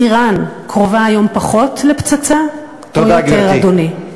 איראן קרובה היום פחות לפצצה או יותר, אדוני?